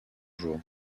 jour